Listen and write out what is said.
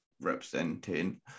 representing